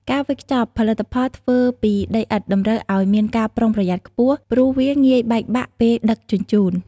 ការវេចខ្ចប់ ផលិតផលធ្វើពីដីឥដ្ឋតម្រូវឱ្យមានការប្រុងប្រយ័ត្នខ្ពស់ ព្រោះវាងាយបែកបាក់ពេលដឹកជញ្ជូន។